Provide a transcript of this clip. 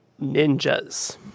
Ninjas